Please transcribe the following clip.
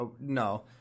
no